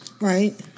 Right